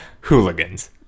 hooligans